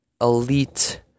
elite